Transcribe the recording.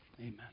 Amen